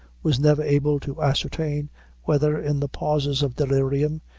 was never able to ascertain whether, in the pauses of delirium,